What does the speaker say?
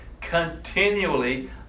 continually